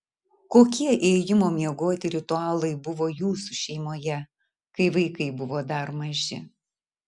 kokie ėjimo miegoti ritualai buvo jūsų šeimoje kai vaikai buvo dar maži